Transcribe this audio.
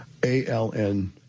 ALN